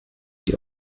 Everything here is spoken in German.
die